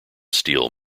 steal